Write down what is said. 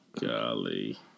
Golly